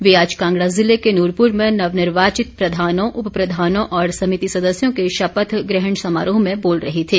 वे आज कांगड़ा ज़िले के नूरपुर में नवनिर्वाचित प्रधानों उप प्रधानों और समिति सदस्यों के शपथ ग्रहण समारोह में बोल रहे थे